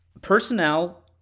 Personnel